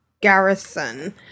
Garrison